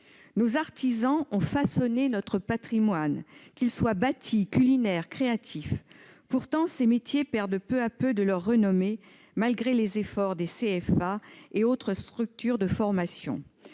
Nos artisans ont façonné notre patrimoine, qu'il soit bâti, culinaire ou créatif. Pourtant, leurs métiers perdent peu à peu de leur attractivité, malgré les efforts des CFA et autres structures de formation.